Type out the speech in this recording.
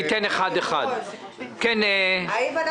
האם אנחנו